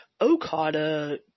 Okada